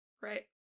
Right